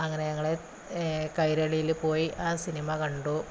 അങ്ങനെ ഞങ്ങള് കൈരളിയില് പോയി ആ സിനിമ കണ്ടു